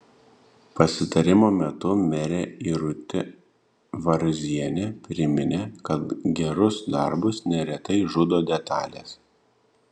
pasitarimo metu merė irutė varzienė priminė kad gerus darbus neretai žudo detalės